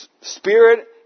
spirit